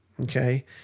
okay